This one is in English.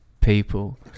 people